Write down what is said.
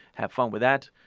have fun with that,